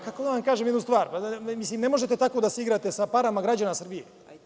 Kako da vam kažem jednu stvar, ne možete tako da se igrate sa parama građana Srbije.